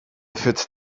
führt